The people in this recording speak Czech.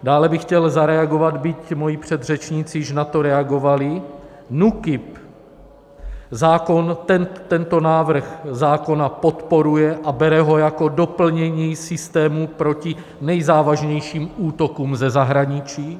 Dále bych chtěl zareagovat, byť moji předřečníci již na to reagovali, NÚKIB tento návrh zákona podporuje a bere ho jako doplnění systému proti nejzávažnějším útokům ze zahraničí.